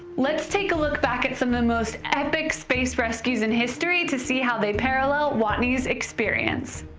let's take a look back at some of the most epic space rescues in history to see how they parallel watney's experience.